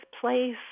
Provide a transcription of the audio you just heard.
place